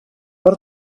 per